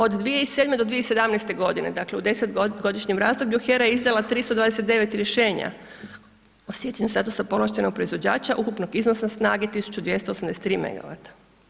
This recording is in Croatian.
Od 2007.g. do 2017.g., dakle, u 10-godišnjem razdoblju HERA je izdala 329 rješenja o stjecanju statusa povlaštenog proizvođača ukupnog iznosa snage 1283 megavata.